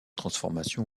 transformations